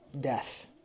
death